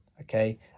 Okay